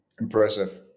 Impressive